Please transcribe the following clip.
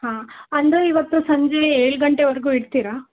ಹಾಂ ಅಂದರೆ ಇವತ್ತು ಸಂಜೆ ಏಳು ಗಂಟೆವರೆಗೂ ಇರ್ತೀರಾ